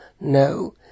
No